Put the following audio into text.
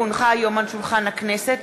כי הונחה היום על שולחן הכנסת,